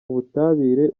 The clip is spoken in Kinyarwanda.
ubutabire